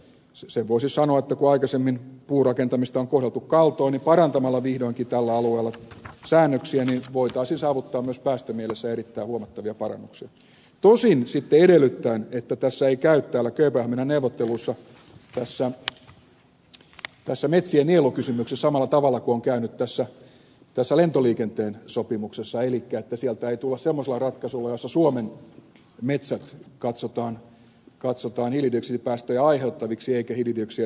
sen voisi sanoa että kun aikaisemmin puurakentamista on kohdeltu kaltoin niin parantamalla vihdoinkin tällä alueella säännöksiä voitaisiin saavuttaa myös päästömielessä erittäin huomattavia parannuksia tosin edellyttäen että kööpenhaminan neuvotteluissa ei käy tässä metsien nielukysymyksessä samalla tavalla kuin on käynyt tässä lentoliikenteen sopimuksessa elikkä että sieltä ei tulla semmoisella ratkaisulla jossa suomen metsät katsotaan hiilidioksidipäästöjä aiheuttaviksi eikä hiilidioksidia sitoviksi